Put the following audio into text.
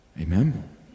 Amen